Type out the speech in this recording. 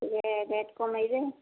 ଟିକେ ରେଟ୍ କମାଇବେ